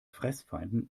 fressfeinden